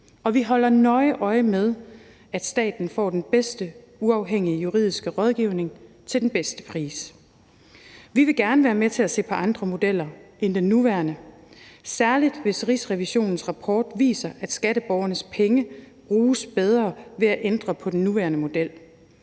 og vi holder nøje øje med, at staten får den bedste uafhængige juridiske rådgivning til den bedste pris. Vi vil gerne være med til at se på andre modeller end den nuværende, særlig hvis Rigsrevisionens rapport viser, at skatteborgernes penge bruges bedre ved at ændre på den nuværende model.